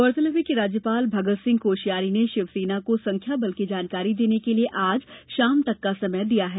गौरतलब है कि राज्यपाल भगत सिंह कोश्यारी ने शिवसेना को संख्या बल की जानकारी देने के लिए आज शाम तक का समय दिया है